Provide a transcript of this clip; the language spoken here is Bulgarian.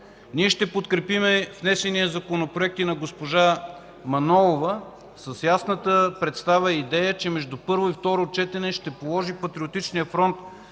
Ние ще подкрепим внесения Законопроект и на госпожа Манолова с ясната представа и идея, че между първо и второ четене Патриотичният фронт